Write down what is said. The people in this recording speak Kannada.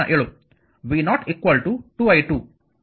v0 2 i2 ಎಂದು ಬದಲಿ ಮಾಡಿ ಎಂದು ಈಗ ನಮಗೆ ತಿಳಿದಿದೆ